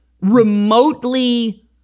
remotely